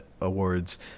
awards